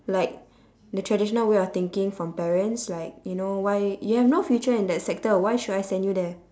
like the traditional way of thinking from parents like you know why you have no future in that sector why should I send you there